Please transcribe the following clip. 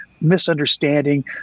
misunderstanding